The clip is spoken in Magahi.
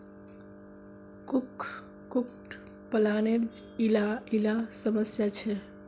कुक्कुट पालानेर इला इला समस्या छे